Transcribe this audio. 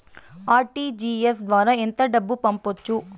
RTGS ద్వారా ఎంత డబ్బు పంపొచ్చు?